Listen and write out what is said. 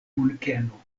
munkeno